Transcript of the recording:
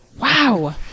Wow